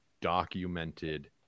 documented